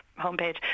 homepage